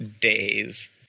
days